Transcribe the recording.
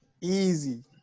Easy